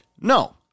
No